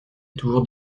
toujours